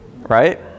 right